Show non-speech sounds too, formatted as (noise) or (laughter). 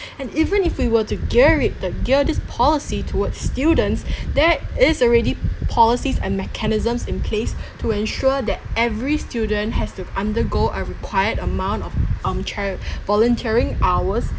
(breath) and even if we were to gear it the gear this policy towards students there is already policies and mechanisms in place to ensure that every student has to undergo a required amount of um chari~ volunteering hours